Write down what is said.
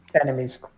enemies